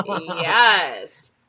Yes